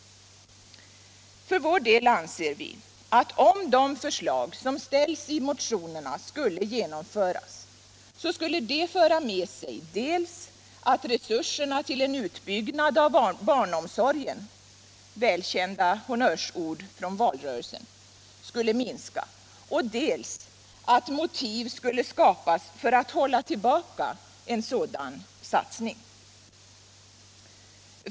För vår del anser vi att om de förslag som ställs i motionerna genomfördes, så skulle det föra med sig dels att resurserna till en utbyggnad av barnomsorgen — välkända honnörsord från valrörelsen — skulle minska, dels att motiv skulle skapas för att hålla tillbaka en sådan satsning.